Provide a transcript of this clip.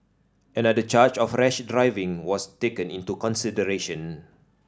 another charge of rash driving was taken into consideration